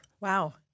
Wow